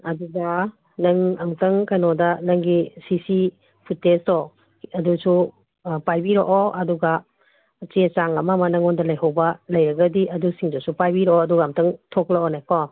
ꯑꯗꯨꯗ ꯅꯪ ꯑꯃꯨꯛꯇꯪ ꯀꯩꯅꯣꯗ ꯅꯪꯒꯤ ꯁꯤ ꯁꯤ ꯐꯤꯠꯇꯦꯖꯇꯣ ꯑꯗꯨꯁꯨ ꯄꯥꯏꯕꯤꯔꯛꯑꯣ ꯑꯗꯨꯒ ꯆꯦ ꯆꯥꯡ ꯑꯃ ꯑꯃ ꯅꯉꯣꯟꯗ ꯂꯩꯍꯧꯕ ꯂꯩꯔꯒꯗꯤ ꯑꯗꯨꯁꯤꯡꯗꯨꯁꯨ ꯄꯥꯏꯕꯤꯔꯛꯑꯣ ꯑꯗꯨꯒ ꯑꯃꯨꯛꯇꯪ ꯊꯣꯛꯂꯛꯑꯣꯅꯦ ꯀꯣ